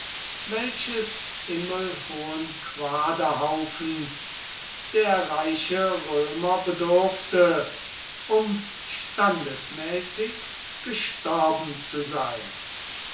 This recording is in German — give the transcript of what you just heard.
welches himmelhohen quaderhaufens der reiche römer bedurfte um standesmäßig gestorben zu sein